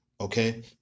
Okay